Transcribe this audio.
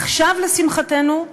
עכשיו, לשמחתנו,